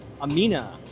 Amina